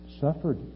suffered